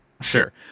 sure